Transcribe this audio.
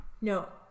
no